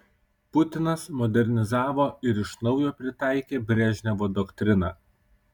putinas modernizavo ir iš naujo pritaikė brežnevo doktriną